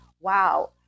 Wow